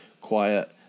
quiet